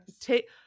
take